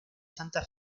santa